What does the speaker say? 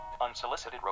Unsolicited